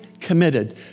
committed